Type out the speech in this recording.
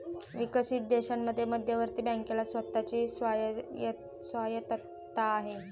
विकसित देशांमध्ये मध्यवर्ती बँकेला स्वतः ची स्वायत्तता आहे